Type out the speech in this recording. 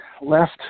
left